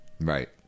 right